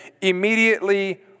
immediately